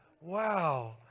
Wow